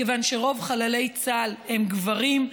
מכיוון שרוב חללי צה"ל הם גברים,